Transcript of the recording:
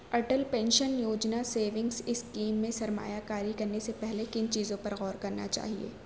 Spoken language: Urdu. Atal pension Yojana savings scheme میں سرمایہ کاری کرنے سے پہلے کن چیزوں پر غور کرنا چاہیے